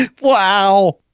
Wow